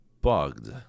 bugged